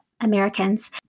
Americans